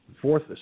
Fourth